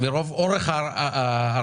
מרוב אורך ההרצאה,